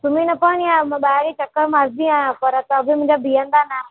सुम्ही न पवंदी आहियां मां ॿाहिर ई चकरु मारंदी आहियां पर त बि मुंहिजा बीहंदा ना आहिनि